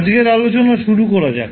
আজকের আলোচনা শুরু করা যাক